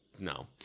no